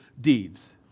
deeds